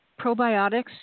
probiotics